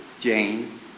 Jane